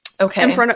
Okay